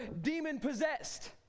demon-possessed